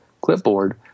clipboard